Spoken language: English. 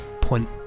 point